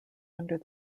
under